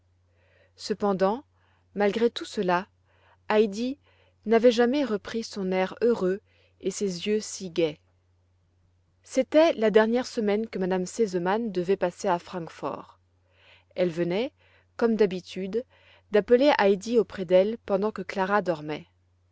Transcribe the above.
cependant malgré tout cela heidi n'avait jamais repris son air heureux et ses yeux si gais c'était la dernière semaine que m me sesemann devait passer à francfort elle venait comme d'habitude d'appeler heidi auprès d'elle pendant que clara dormait